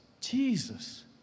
Jesus